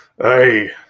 Hey